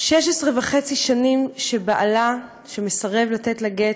16 וחצי שנים שבעלה, שמסרב לתת לה גט,